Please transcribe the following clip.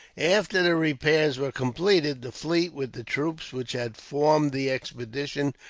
after the repairs were completed, the fleet, with the troops which had formed the expedition,